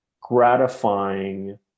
gratifying